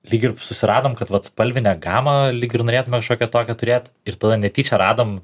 lyg ir susiradom kad vat spalvinę gamą lyg ir norėtume šiokią tokią turėt ir tada netyčia radom